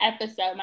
episode